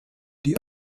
die